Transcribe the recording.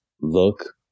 look